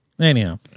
Anyhow